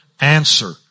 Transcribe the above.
answer